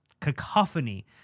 cacophony